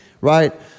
right